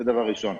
זה דבר ראשון.